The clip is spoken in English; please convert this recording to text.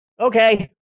Okay